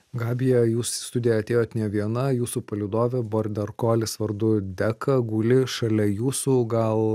gabija jūs į studiją atėjot ne viena jūsų palydovė borderkolis vardu deka guli šalia jūsų gal